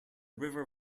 river